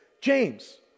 James